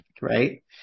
right